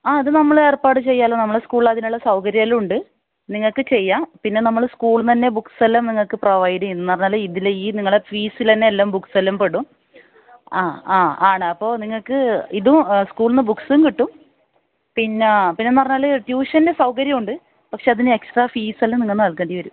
ആ അത് നമ്മൾ ഏർപ്പാട് ചെയ്യാമല്ലോ നമ്മളെ സ്കൂളിൽ അതിനുള്ള സൗകര്യമെല്ലാം ഉണ്ട് നിങ്ങൾക്ക് ചെയ്യാം പിന്നെ നമ്മൾ സ്കൂളിൽ നിന്ന് തന്നെ ബുക്സ് എല്ലാം നിങ്ങൾക്ക് പ്രൊവൈഡ് ചെയ്യും എന്നുപറഞ്ഞാൽ ഇതിൽ ഈ നിങ്ങളുടെ ഈ ഫീസിൽ തന്നെ ബുക്സ് എല്ലാം പെടും ആ ആ ആണ് അപ്പോൾ നിങ്ങൾക്ക് ഇതും സ്കൂളിൽ നിന്ന് ബുക്സും കിട്ടും പിന്നെ പിന്നെ പറഞ്ഞാൽ ട്യൂഷൻ്റെ സൗകര്യമുണ്ട് പക്ഷേ അതിന് എക്സ്ട്രാ ഫീസ് എല്ലാം നിങ്ങൾ നൽകേണ്ടി വരും